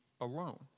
alone